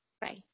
Bye